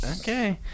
okay